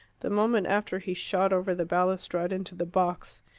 the moment after he shot over the balustrade into the box.